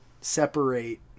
separate